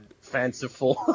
fanciful